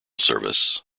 service